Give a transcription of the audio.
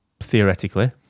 theoretically